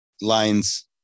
Lines